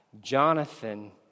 Jonathan